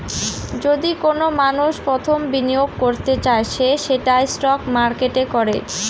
যদি কোনো মানষ প্রথম বিনিয়োগ করতে চায় সে সেটা স্টক মার্কেটে করে